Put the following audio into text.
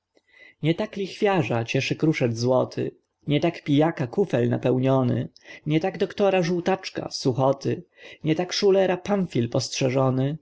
nie tak lichwiarza cieszy kruszec złoty nie tak pijaka kufel napełniony nie tak doktora żółtaczka suchoty nie tak szulera pamfil postrzeżony